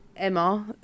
Emma